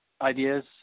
ideas